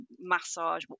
massage